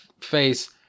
face